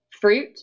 fruit